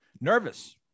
Nervous